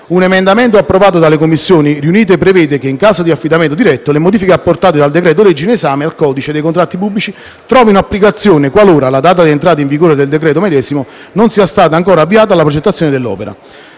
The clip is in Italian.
Un emendamento approvato dalle Commissioni riunite prevede che, in caso di affidamento diretto, le modifiche apportate dal decreto-legge in esame al codice dei contratti pubblici trovino applicazione qualora, alla data di entrata in vigore del decreto-legge medesimo, non sia stata ancora avviata la progettazione dell'opera.